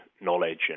knowledge